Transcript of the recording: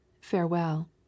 farewell